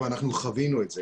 ואנחנו חווינו את זה,